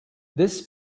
this